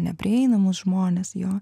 neprieinamus žmones jo